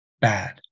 bad